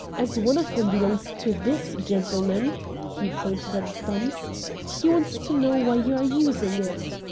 as one of them belongs to this gentleman he pointed at stumps he wants to know why you are using it.